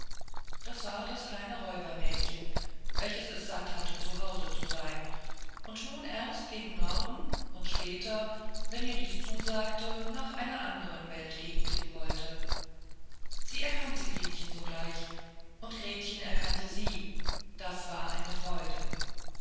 das war das kleine räubermädchen welches es satt hatte zu hause zu sein und nun erst gegen norden und später wenn ihr dies zusagte nach einer anderen weltgegend hin wollte sie erkannte gretchen sogleich und gretchen erkannte sie das war eine freude